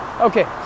Okay